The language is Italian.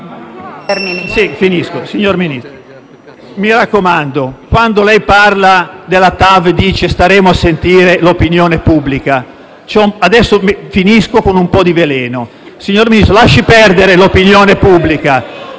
mi raccomando, quando lei parla della TAV, dice che starete a sentire l'opinione pubblica. Concludo allora con un po' di veleno: signor Ministro, lasci perdere l'opinione pubblica.